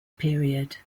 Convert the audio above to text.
period